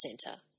Centre